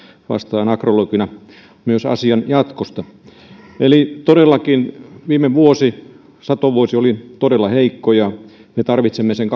vastaan agrologina myös asian jatkosta todellakin viime satovuosi oli todella heikko ja me tarvitsemme todellakin sen